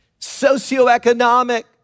socioeconomic